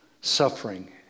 suffering